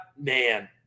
man